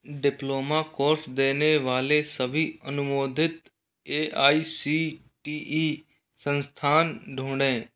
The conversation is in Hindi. डिप्लोमा कोर्स देने वाले सभी अनुमोदित A I C T E संस्थान ढूंढें